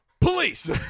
police